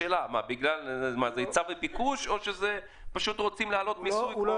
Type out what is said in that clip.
זה היצע וביקוש או שפשוט רוצים לעלות מיסוי?